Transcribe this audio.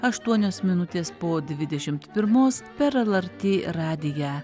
aštuonios minutės po dvidešimt pirmos per lrt radiją